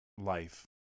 life